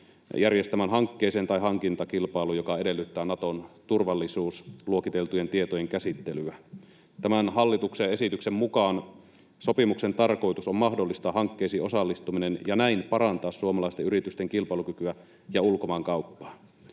järjestämään hankkeeseen tai hankintakilpailuun, joka edellyttää Naton turvallisuusluokiteltujen tietojen käsittelyä. Tämän hallituksen esityksen mukaan sopimuksen tarkoitus on mahdollistaa hankkeisiin osallistuminen ja näin parantaa suomalaisten yritysten kilpailukykyä ja ulkomaankauppaa.